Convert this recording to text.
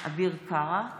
אביר קארה,